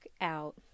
out